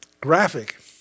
Graphic